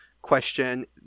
question